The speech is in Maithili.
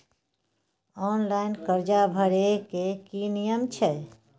ऑनलाइन कर्जा भरै के की नियम छै?